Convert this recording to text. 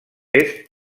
est